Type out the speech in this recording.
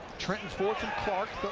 trenton ford from clark.